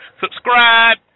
subscribe